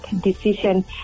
decision